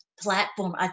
platform